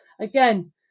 again